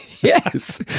Yes